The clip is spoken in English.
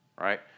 right